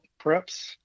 preps